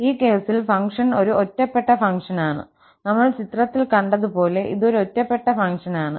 ഈ കേസിൽ ഫംഗ്ഷൻ ഒരു ഒറ്റപ്പെട്ട ഫംഗ്ഷനാണ് നമ്മൾ ചിത്രത്തിൽ കണ്ടതുപോലെ ഇത് ഒരു ഒറ്റപ്പെട്ട ഫംഗ്ഷനാണ്